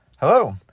Hello